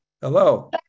Hello